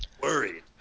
worried